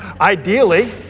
Ideally